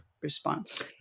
response